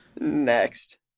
Next